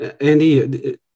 Andy